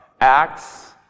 Acts